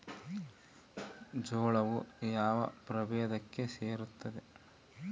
ಜೋಳವು ಯಾವ ಪ್ರಭೇದಕ್ಕೆ ಸೇರುತ್ತದೆ?